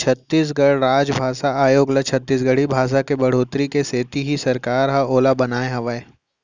छत्तीसगढ़ राजभासा आयोग ल छत्तीसगढ़ी भासा के बड़होत्तरी के सेती ही सरकार ह ओला बनाए हावय